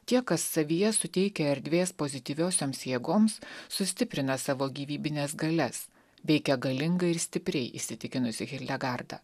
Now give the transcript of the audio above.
tie kas savyje suteikia erdvės pozityviosioms jėgoms sustiprina savo gyvybines galias veikia galingai ir stipriai įsitikinusi hildegarda